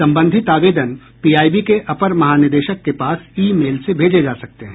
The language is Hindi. संबंधित आवेदन पीआईबी के अपर महानिदेशक के पास ई मेल से भेजे जा सकते हैं